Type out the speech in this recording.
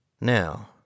Now